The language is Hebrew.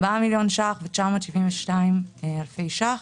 4.972 מיליון שקלים.